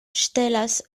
ŝtelas